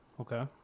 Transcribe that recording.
Okay